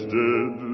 dead